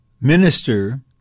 minister